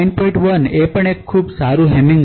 1 એ પણ એક ખૂબ સારું હેમિંગ અંતર છે